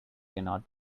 cannot